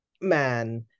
man